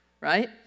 right